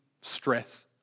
stress